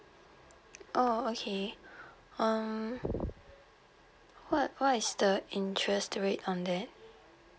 oh okay um what what is the interest rate on there